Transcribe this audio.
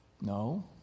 No